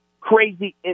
crazy